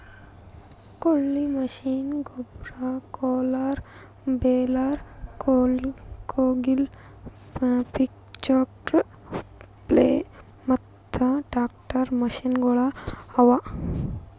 ಕೊಯ್ಲಿ ಮಷೀನ್, ಗೊಬ್ಬರ, roller, baler, ನೇಗಿಲು, ಪಿಚ್ಫೋರ್ಕ್, ಪ್ಲೊ ಮತ್ತ ಟ್ರಾಕ್ಟರ್ ಮಷೀನಗೊಳ್ ಅವಾ